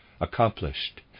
accomplished